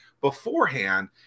beforehand –